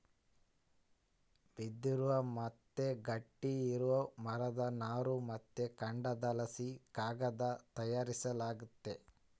ಬಿದಿರು ಮತ್ತೆ ಗಟ್ಟಿ ಇರೋ ಮರದ ನಾರು ಮತ್ತೆ ಕಾಂಡದಲಾಸಿ ಕಾಗದಾನ ತಯಾರಿಸಲಾಗ್ತತೆ